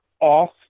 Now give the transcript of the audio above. off